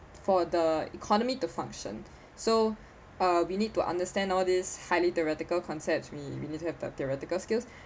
for the economy to function so uh we need to understand all this highly theoretical concepts we we need to have the theoretical skills